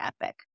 epic